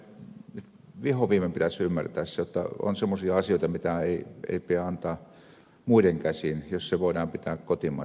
minusta meidän vihonviimein pitäisi ymmärtää se jotta on semmoisia asioita mitä ei pidä antaa muiden käsiin jos ne voidaan pitää kotimaisissa käsissä